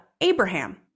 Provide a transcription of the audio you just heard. Abraham